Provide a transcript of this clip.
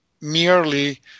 merely